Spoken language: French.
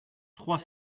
trois